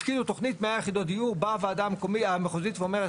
הפקידו תוכנית ל-100 יחידות דיור ובאה הוועדה המחוזית ואומרת,